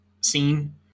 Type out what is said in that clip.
scene